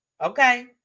okay